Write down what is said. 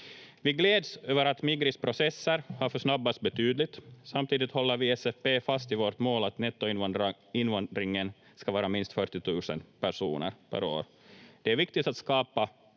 Vi gläds över att Migris processer har försnabbats betydligt. Samtidigt håller vi i SFP fast vid vårt mål att nettoinvandringen ska vara minst 40 000 personer per år. Det är viktigt att skapa